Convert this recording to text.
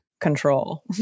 control